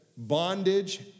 Bondage